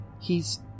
He's